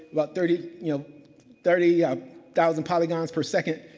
about thirty you know thirty yeah thousand polygons per second.